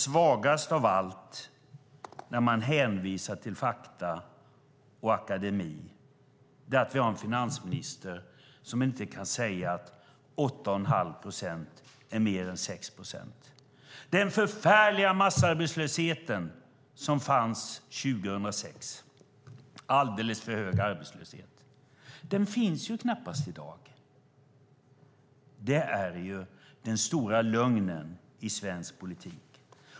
Svagast av allt när man hänvisar till fakta och akademi är att vi har en finansminister som inte kan säga att 8,5 procent är mer än 6 procent. Den förfärliga massarbetslöshet som fanns 2006 - en alldeles för hög arbetslöshet - finns knappast i dag. Det är den stora lögnen i svensk politik.